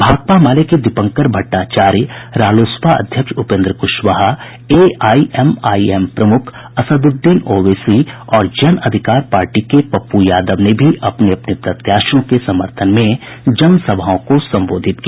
भाकपा माले के दीपंकर भट़टाचार्य रालोसपा अध्यक्ष उपेन्द्र क्शवाहा एआईएमआईएम प्रमुख असदुद्दीन औवेसी और जन अधिकार पार्टी के पप्पू यादव ने भी अपने अपने प्रत्याशियों के समर्थन में जनसभाओं को संबोधित किया